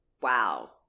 Wow